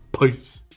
Peace